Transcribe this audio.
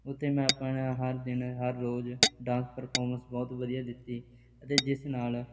ਉੱਥੇ ਮੈਂ ਆਪਣਾ ਹਰ ਦਿਨ ਹਰ ਰੋਜ਼ ਡਾਂਸ ਪਰਫੋਰਮਸ ਬਹੁਤ ਵਧੀਆ ਦਿੱਤੀ ਅਤੇ ਜਿਸ ਨਾਲ